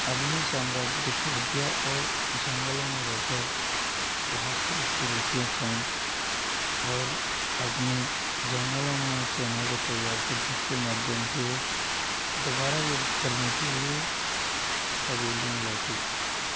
अपने साम्राज्य को छोड़ दिया और जंगलों में रहकर घास फूस की रोटियाँ खाईं और अपने जंगलों में ही सेना को तैयार किया जिसके माध्यम से वो दोबारा युद्ध करने के लिए पवेलियन लौटे